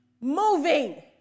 moving